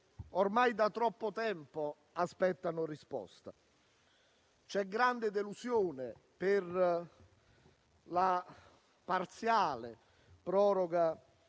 ormai da troppo tempo aspettano risposta. C'è grande delusione per la parziale proroga